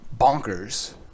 bonkers